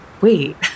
wait